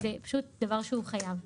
זה דבר שחייב להיות.